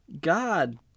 God